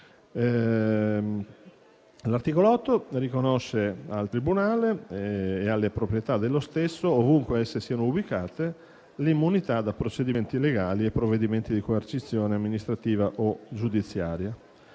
L'articolo 8 riconosce al tribunale e alle sue proprietà, ovunque esse siano ubicate, le immunità da procedimenti legali e da provvedimenti di coercizione amministrativa o giudiziaria.